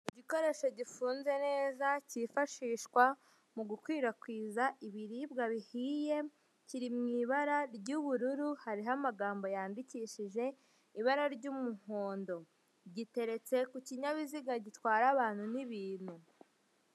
Igikoresho gifunze neza kifashishwa mu gukwirakwiza ibiribwa bihiye kiri mu ibara ry'ubururu hariho amagambo yandikishishe ibara ry'umuhondo, giteretse ku kinyabiziga gitwara abantu n'ibintu.